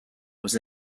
was